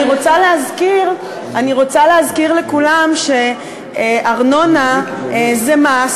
אני רוצה להזכיר לכולם, שארנונה זה מס